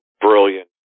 brilliant